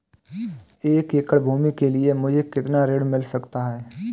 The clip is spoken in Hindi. एक एकड़ भूमि के लिए मुझे कितना ऋण मिल सकता है?